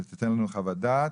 שתיתן לנו חוות דעת,